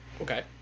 Okay